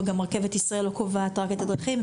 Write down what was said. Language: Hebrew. גם רכבת ישראל לא קובעת רק את הדרכים,